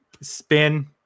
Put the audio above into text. spin